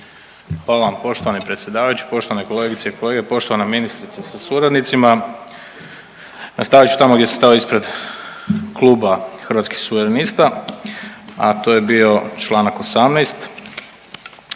Hvala vam poštovani predsjedavajući, poštovane kolegice i kolege, poštovana ministrice sa suradnicima. Nastavit ću tamo gdje sam stao ispred Kluba Hrvatskih suverenista, a to je bio čl. 18. i u